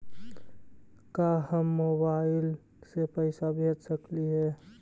का हम मोबाईल से पैसा भेज सकली हे?